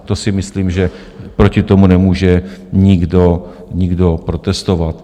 To si myslím, že proti tomu nemůže nikdo protestovat.